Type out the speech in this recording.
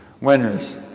Winners